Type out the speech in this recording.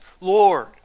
Lord